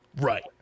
Right